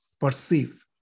perceive